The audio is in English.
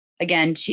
again